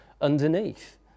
underneath